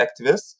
activists